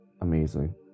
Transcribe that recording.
amazing